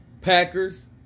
Packers